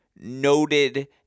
noted